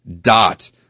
dot